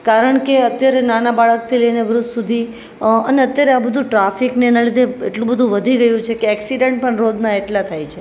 કારણ કે અત્યારે નાના બાળકથી લઈને વૃદ્ધ સુધી અને અત્યારે આ બધું ટ્રાફિક ને એના લીધે એટલું બધુ વધી રહ્યું છે કે એક્સિડન્ટ પણ રોજના એટલા થાય છે